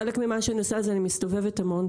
חלק ממה שנעשה הוא שאני מסתובבת המון,